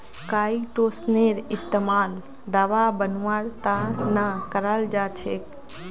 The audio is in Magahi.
काईटोसनेर इस्तमाल दवा बनव्वार त न कराल जा छेक